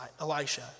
Elisha